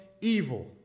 evil